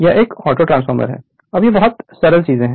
यह एक auto transformer है अब ये बहुत सरल चीजें हैं